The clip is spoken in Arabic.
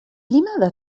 لماذا